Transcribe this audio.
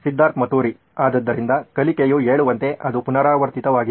ಸಿದ್ಧಾರ್ಥ್ ಮತುರಿ ಆದ್ದರಿಂದ ಕಲಿಕೆಯು ಹೇಳುವಂತೆ ಅದು ಪುನರಾವರ್ತಿತವಾಗಿದೆ